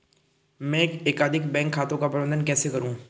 मैं एकाधिक बैंक खातों का प्रबंधन कैसे करूँ?